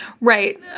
Right